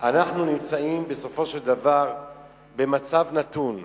נמצאים בסופו של דבר במצב נתון,